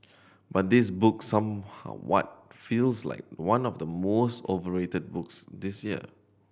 but this book some how what feels like one of the most overrated books this year